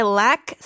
lack